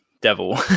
devil